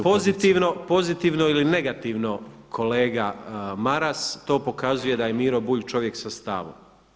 Pozitivno ili negativno kolega Maras, to pokazuje da je Miro Bulj čovjek sa stavom.